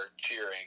cheering